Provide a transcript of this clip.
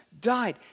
died